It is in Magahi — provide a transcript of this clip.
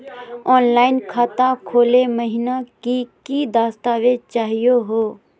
ऑनलाइन खाता खोलै महिना की की दस्तावेज चाहीयो हो?